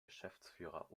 geschäftsführer